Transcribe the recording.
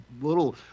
little